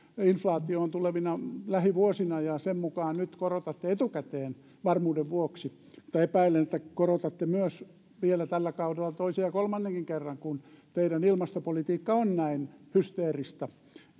inflaatio on tulevina lähivuosina ja sen mukaan nyt korotatte etukäteen varmuuden vuoksi mutta epäilen että korotatte vielä tällä kaudella myös toisen ja kolmannenkin kerran kun teidän ilmastopolitiikkanne on näin hysteeristä